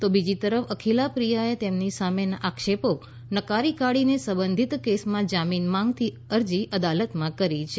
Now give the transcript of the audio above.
તો બીજી તરફ અખિલા પ્રિયાએ તેમની સામેના આક્ષેપો નકારી કાઢીને સંબધિત કેસમાં જામીન માંગતી અરજી અદાલતમાં કરી છે